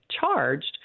charged